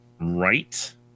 right